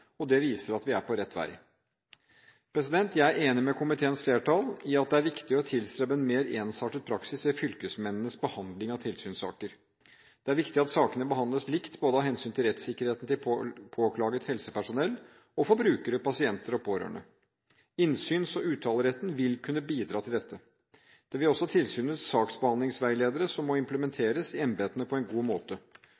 Det viser at vi er på rett vei. Jeg er enig med komiteens flertall i at det er viktig å tilstrebe en mer ensartet praksis ved fylkesmennenes behandling av tilsynssaker. Det er viktig at sakene behandles likt av hensyn til rettssikkerheten til både påklaget helsepersonell og brukere, pasienter og pårørende. Innsyns- og uttaleretten vil kunne bidra til dette. Det vil også tilsynets saksbehandlingsveiledere, som må